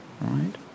right